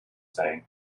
saying